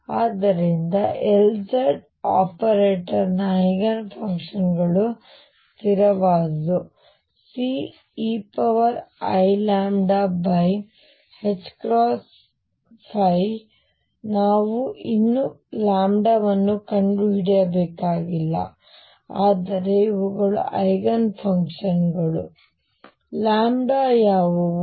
ಆದ್ದರಿಂದ Lz operator ನ eigen function ಗಳು ಸ್ಥಿರವಾದುದು Ceiλℏ ನಾವು ಇನ್ನೂ ವನ್ನು ಕಂಡುಹಿಡಿಯಬೇಕಾಗಿಲ್ಲ ಆದರೆ ಇವುಗಳು ಐಗನ್ ಫಂಕ್ಷನ್ ಗಳು ಯಾವುವು